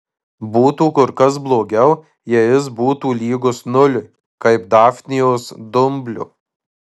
būtų kur kas blogiau jei jis būtų lygus nuliui kaip dafnijos dumblio